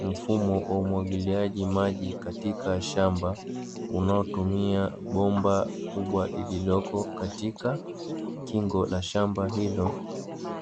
Mfumo wa umwagiliaji maji katika shamba, unao tumia bomba kubwa lililoko katika kingo la shamba hilo,